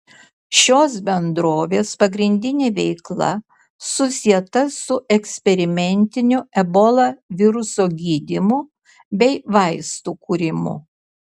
šios bendrovės pagrindinė veikla susieta su eksperimentiniu ebola viruso gydymu bei vaistų kūrimu